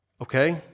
Okay